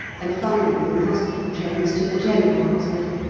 and finally in hospital trains to the general hospital,